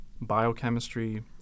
biochemistry